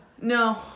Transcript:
No